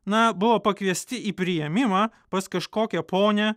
na buvo pakviesti į priėmimą pas kažkokią ponią